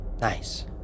Nice